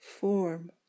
form